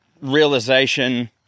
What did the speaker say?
realization